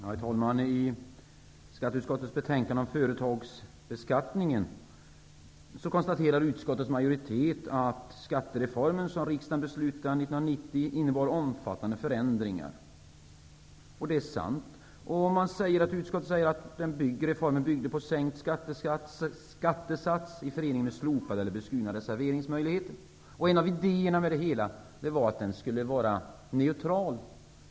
Herr talman! I skatteutskottets betänkande om företagsbeskattningen konstaterar utskottets majoritet att den skattereform som riksdagen fattade beslut om 1990 innebar omfattande förändringar. Det är sant. Utskottet säger att reformen byggde på sänkt skattesats i förening med slopade eller beskurna reserveringsmöjligheter. En av idéerna med det hela var att reformen skulle vara neutral.